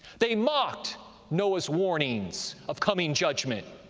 they mocked noah's warnings of coming judgment,